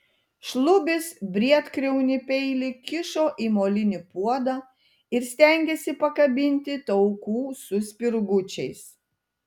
šlubis briedkriaunį peilį kišo į molinį puodą ir stengėsi pakabinti taukų su spirgučiais